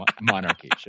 monarchy